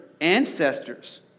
ancestors